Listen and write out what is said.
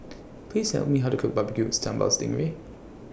Please Tell Me How to Cook Barbecue Sambal Sting Ray